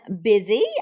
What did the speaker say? busy